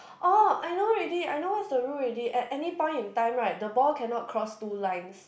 oh I know already I know what's the rule already at any point in time right the ball cannot cross two lines